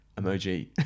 emoji